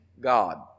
God